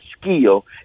skill